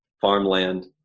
farmland